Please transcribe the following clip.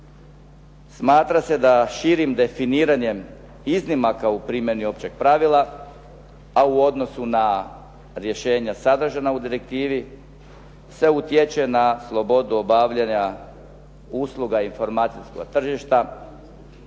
Smatra se da širim definiranjem iznimaka u primjenama općeg pravila, a u odnosu na rješenja sadržana u direktivi se utječe na slobodu obavljanja usluga informacijskoga tržišta,